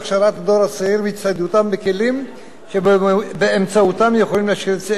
והצטיידותו בכלים שבאמצעותם הם יכולים להעשיר את שכלם,